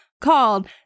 called